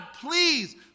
please